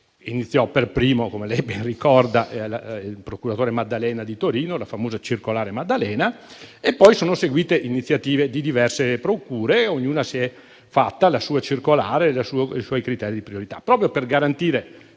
iniziò per primo il procuratore Maddalena di Torino (con la famosa circolare Maddalena) e poi sono seguite iniziative di diverse procure. Ognuna si è fatta la sua circolare con i propri criteri di priorità. Proprio per garantire